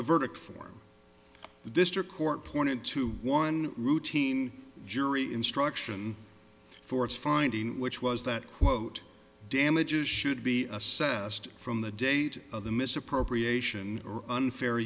the verdict form the district court pointed to one routine jury instruction for its finding which was that quote damages should be assessed from the date of the misappropriation or unfair